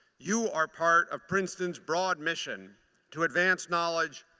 you are part of princeton's broad mission to advance knowledge,